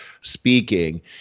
speaking